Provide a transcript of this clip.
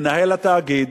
מנהל התאגיד,